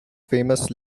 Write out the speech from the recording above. famous